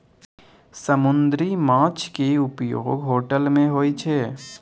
समुन्दरी माछ केँ उपयोग होटल मे होइ छै